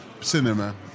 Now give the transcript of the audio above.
cinema